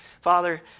Father